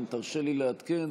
אם תרשה לי לעדכן,